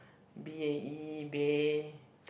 B_A_E bae